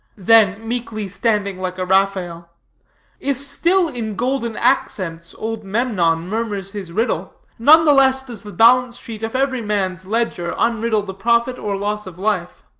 then meekly standing like a raphael if still in golden accents old memnon murmurs his riddle, none the less does the balance-sheet of every man's ledger unriddle the profit or loss of life.